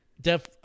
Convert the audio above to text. def